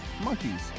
monkeys